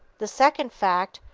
the second fact,